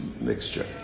mixture